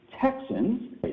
Texans